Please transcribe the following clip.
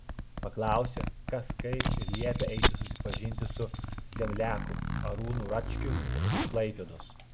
paklausė kas kaip ir liepė eiti susipažinti su zemliaku arūnu račkiu iš klaipėdos